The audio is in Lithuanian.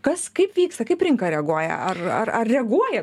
kas kaip vyksta kaip rinka reaguoja ar ar ar reaguoja